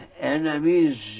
enemies